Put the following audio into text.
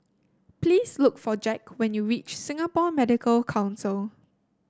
please look for Jack when you reach Singapore Medical Council